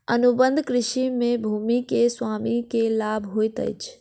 अनुबंध कृषि में भूमि के स्वामी के लाभ होइत अछि